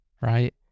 right